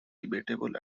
debatable